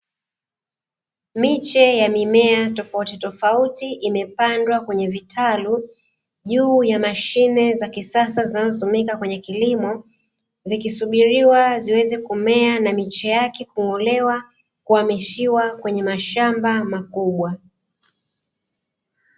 Miche ya mimea tofauti tofauti imepandwa kwenye vitalu, juu ya mashine za kisasa zinazotumika kwenye kilimo zikisubiriwa ziweze kumea na miche yake kung'olewa kuhamishiwa kwenye mashamba makubwa.